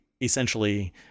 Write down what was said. essentially